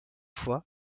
fois